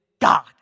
God